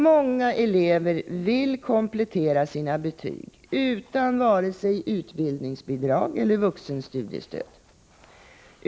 Många elever vill komplettera sina betyg utan vare sig utbildningsbidrag eller vuxenstudiestöd.